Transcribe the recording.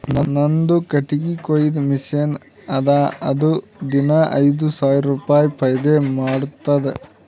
ನಂದು ಕಟ್ಟಗಿ ಕೊಯ್ಯದ್ ಮಷಿನ್ ಅದಾ ಅದು ದಿನಾ ಐಯ್ದ ಸಾವಿರ ರುಪಾಯಿ ಫೈದಾ ಮಾಡ್ತುದ್